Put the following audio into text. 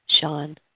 Sean